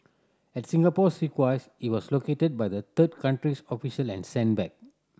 at Singapore's request he was located by the third country's official and sent back